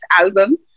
album